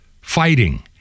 fighting